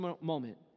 moment